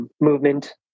movement